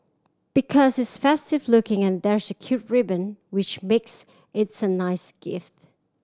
because it's festive looking and there's a cute ribbon which makes it's a nice gift